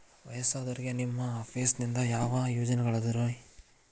ವಯಸ್ಸಾದವರಿಗೆ ನಿಮ್ಮ ಆಫೇಸ್ ನಿಂದ ಯಾವ ಯೋಜನೆಗಳಿದಾವ್ರಿ?